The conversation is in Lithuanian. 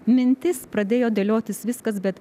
mintis pradėjo dėliotis viskas bet